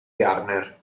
gardner